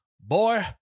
boy